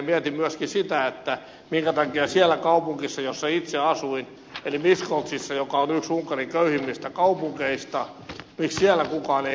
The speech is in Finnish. mietin myöskin sitä minkä takia siellä kaupungissa jossa itse asuin eli miskolcissa joka on yksi unkarin köyhimmistä kaupungeista kukaan ei kerjännyt